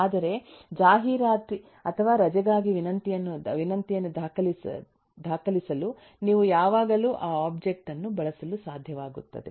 ಆದರೆ ಹಾಜರಾತಿ ಅಥವಾ ರಜೆಗಾಗಿ ವಿನಂತಿಯನ್ನು ದಾಖಲಿಸಲು ನೀವು ಯಾವಾಗಲೂ ಆ ಒಬ್ಜೆಕ್ಟ್ ಅನ್ನು ಬಳಸಲು ಸಾಧ್ಯವಾಗುತ್ತದೆ